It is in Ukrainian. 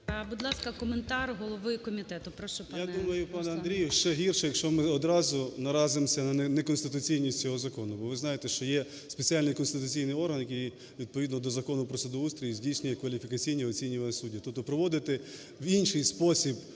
Руслан. 13:07:45 КНЯЗЕВИЧ Р.П. Я думаю, пане Андрію, ще гірше, якщо ми одразу наразимося на неконституційність цього закону. Бо ви знаєте, що є спеціальний конституційний орган, який відповідно до Закону про судоустрій здійснює кваліфікаційні оцінювання суддів. Тобто проводити в інший спосіб